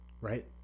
right